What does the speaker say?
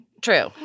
True